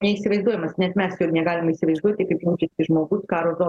neįsivaizduojamas net mes jo negalim įsivaizduoti kaip jaučiasi žmogus karo zon